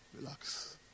Relax